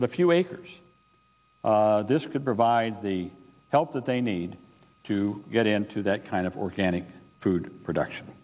but a few acres this could provide the help that they need to get into that kind of organic food production